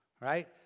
Right